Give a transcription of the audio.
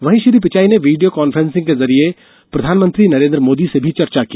वहीं श्री पिचाई ने video conferencing के जरिए प्रधानमंत्री नरेंद्र मोदी से भी चर्चा की